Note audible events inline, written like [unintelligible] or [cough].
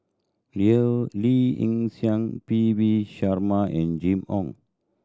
[unintelligible] Lee Yi Shyan P V Sharma and Jimmy Ong